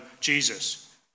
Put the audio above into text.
Jesus